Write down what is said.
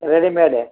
readymade